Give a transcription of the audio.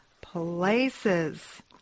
places